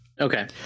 Okay